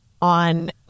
on